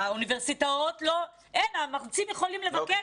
האוניברסיטאות אמרו שהמרצים יכולים לבקש,